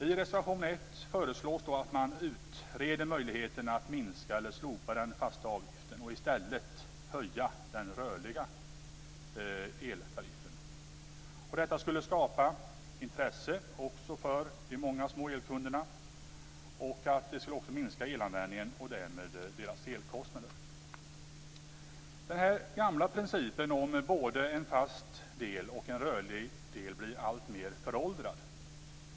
I reservation 1 föreslås att man utreder möjligheten att minska eller slopa den fasta avgiften och att i stället höja den rörliga eltariffen. Detta skulle skapa intresse också för de många små elkunderna. Det skulle minska elanvändningen och därmed deras elkostnader. Den gamla principen om både en fast och en rörlig del blir alltmer föråldrad.